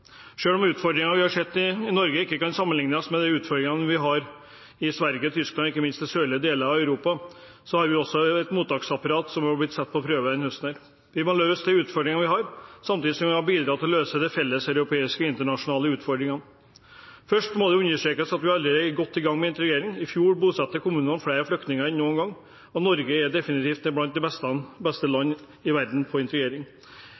om utfordringene vi har i Norge, ikke kan sammenliknes med utfordringene de har i Sverige, Tyskland og ikke minst i sørlige deler av Europa, har vi et mottaksapparat som er blitt satt på prøve denne høsten. Vi må løse de utfordringene vi har, samtidig som vi må bidra til å løse de felleseuropeiske og internasjonale utfordringene. Først må det understrekes at vi allerede er godt i gang med integrering. I fjor bosatte kommunene flere flyktninger enn noen gang, og Norge er definitivt blant de beste landene i verden på integrering.